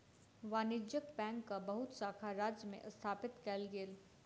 वाणिज्य बैंकक बहुत शाखा राज्य में स्थापित कएल गेल